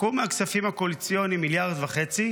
קחו מהכספים הקואליציוניים 1.5 מיליארד,